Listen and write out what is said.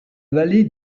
vallée